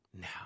now